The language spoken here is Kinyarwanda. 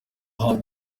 have